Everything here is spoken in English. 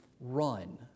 run